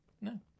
No